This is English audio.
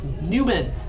Newman